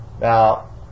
Now